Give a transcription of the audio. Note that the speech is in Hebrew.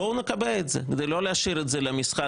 בואו נקבע את זה ולא להשאיר את זה למשחק.